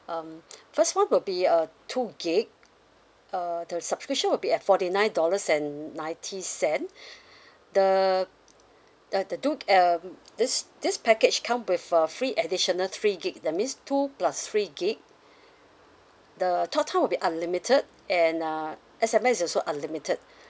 um first [one] would be a two gig uh the subscription will be at forty nine dollars and ninety cents the the the do um this this package come with a free additional three gig that means two plus three gig the talk time will be unlimited and uh S_M_S is also unlimited